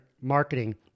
marketing